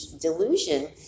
delusion